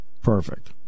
Perfect